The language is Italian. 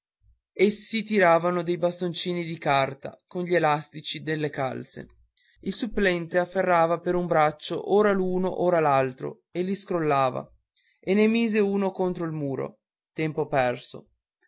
e si tiravano dei biascicotti di carta con gli elastici delle calze il supplente afferrava per un braccio ora l'uno ora l'altro e li scrollava e ne mise uno contro il muro tempo perso